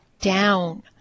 down